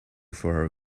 her